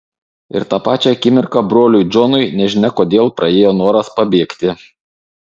ir tą pačią akimirką broliui džonui nežinia kodėl praėjo noras pabėgti